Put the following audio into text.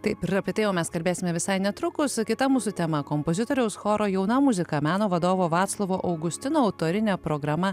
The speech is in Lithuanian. taip ir apie tai jau mes kalbėsime visai netrukus kita mūsų tema kompozitoriaus choro jauna muzika meno vadovo vaclovo augustino autorinė programa